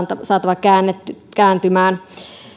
saatava kääntymään kääntymään